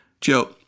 Joe